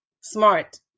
smart